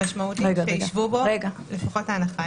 המשמעות היא שישבו בו לפחות זאת ההנחה